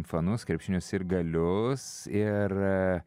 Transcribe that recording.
fanus krepšinio sirgalius ir